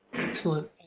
Excellent